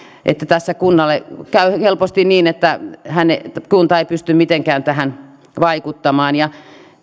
että tässä kunnalle käy helposti niin että kunta ei pysty mitenkään tähän vaikuttamaan ja